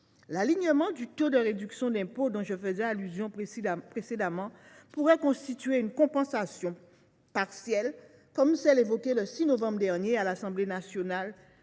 L’alignement du taux de réduction d’impôt auquel j’ai fait allusion précédemment pourrait constituer une compensation partielle, comme celle qui a été évoquée le 6 novembre dernier à l’Assemblée nationale,